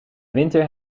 winter